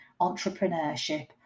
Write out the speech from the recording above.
entrepreneurship